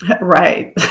Right